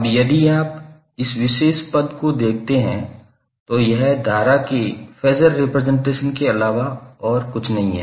अब यदि आप इस विशेष पद को देखते हैं तो यह धारा के फेज़र रिप्रजेंटेशन के अलावा और कुछ नहीं है